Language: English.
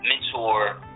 mentor